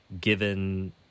given